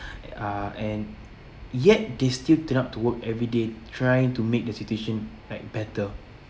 uh and yet they still turn up to work everyday trying to make the situation like better